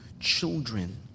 children